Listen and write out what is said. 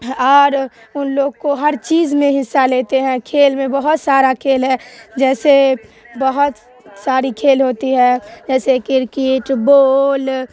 اور ان لوگ کو ہر چیز میں حصہ لیتے ہیں کھیل میں بہت سارا کھیل ہے جیسے بہت ساری کھیل ہوتی ہے جیسے کرکٹ بال